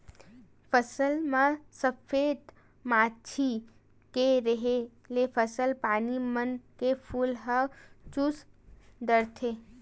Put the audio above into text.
फसल म सफेद मांछी के रेहे ले फसल पानी मन के फूल ल चूस डरथे